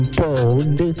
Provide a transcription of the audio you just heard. bold